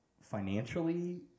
financially